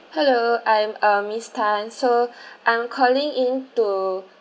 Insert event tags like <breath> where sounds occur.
hello I'm um miss tan so <breath> I'm calling in to